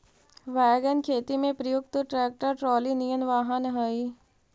wagon खेती में प्रयुक्त ट्रैक्टर ट्रॉली निअन वाहन हई